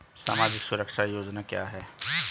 सामाजिक सुरक्षा योजना क्या है?